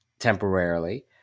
temporarily